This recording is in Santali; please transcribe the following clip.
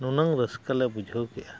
ᱱᱩᱱᱟᱝ ᱨᱟᱹᱥᱠᱟᱹ ᱞᱮ ᱵᱩᱡᱷᱟᱹᱣ ᱠᱮᱜᱼᱟ